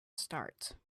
start